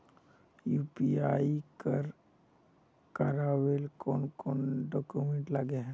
UPI कर करावेल कौन कौन डॉक्यूमेंट लगे है?